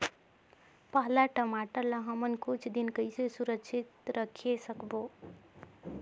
पाला टमाटर ला हमन कुछ दिन कइसे सुरक्षित रखे सकबो?